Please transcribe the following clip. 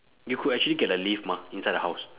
you could actually get a lift mah inside the house